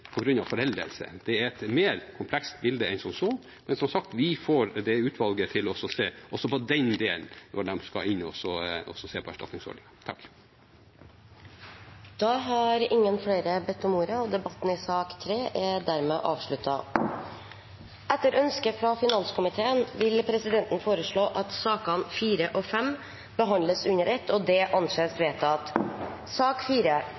foreldelse. Det er et mer komplekst bilde enn som så. Men, som sagt, vi får dette utvalget til også å se på den delen når de skal inn og se på erstatningsordningen. Flere har ikke bedt om ordet til sak nr. 3. Etter ønske fra finanskomiteen vil presidenten foreslå at sakene nr. 4 og 5 behandles under ett. – Det anses